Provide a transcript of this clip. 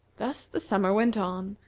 thus the summer went on,